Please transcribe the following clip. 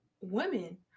women